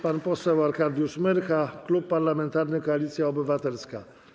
Pan poseł Arkadiusz Myrcha, Klub Parlamentarny Koalicja Obywatelska.